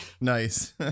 Nice